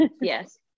yes